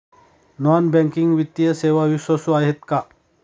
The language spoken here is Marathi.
नॉन बँकिंग वित्तीय सेवा विश्वासू आहेत का?